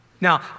Now